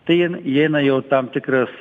tai įeina jau tam tikras